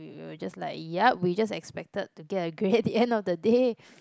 we were just like yup we just expected to get a grade at the end of the day